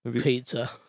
Pizza